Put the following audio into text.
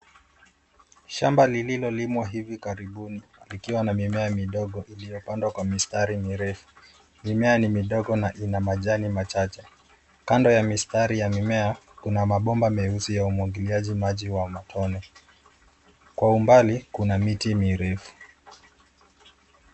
Shamba lililolimwa hivi karibuni likiwa na mimea midogo iliyopandwa kwa mistari mirefu. Mimea ni midogo na ina majani machache. Kando ya mistari ya mimea kuna mabomba meusi ya umwagiliaji maji wa matone. Kwa umbali, kuna miti mirefu.